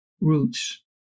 roots